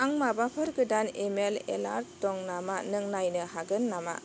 आंनि माबाफोर गोदान इमैल एलार्ट दं नामा नों नायनो हागोन नामा